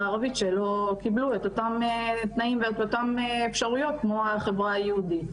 הערבית שלא קיבלו את אותם תנאים ואת אותם אפשרויות כמו החברה היהודית,